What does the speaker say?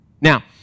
Now